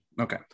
okay